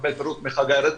תקבל פירוט מחגי רזניק,